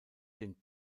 den